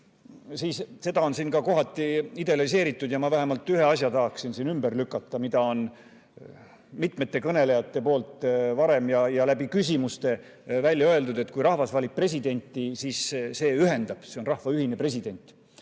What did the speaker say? siis seda on siin kohati idealiseeritud ja vähemalt ühe asja ma tahaksin siin ümber lükata, mida on mitmete kõnelejate poolt varem ja ka küsimustes välja öeldud, et kui rahvas valib presidenti, siis see ühendab, see on rahva ühine president.